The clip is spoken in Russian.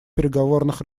переговорных